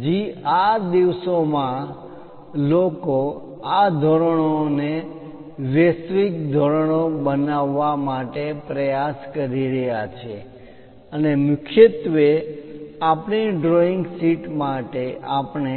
હજી આ દિવસોમાં લોકો આ ધોરણોને વૈશ્વિક ધોરણો બનાવવા માટેના પ્રયાસ કરી રહ્યા છે અને મુખ્યત્વે આપણી ડ્રોઈંગ શીટ્સ માટે આપણે